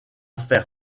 faire